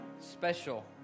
special